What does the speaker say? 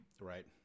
right